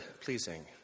pleasing